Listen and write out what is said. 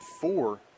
four